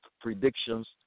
predictions